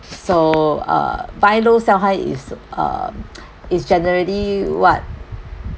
so uh buy low sell high is um it's generally what